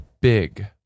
big